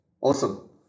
Awesome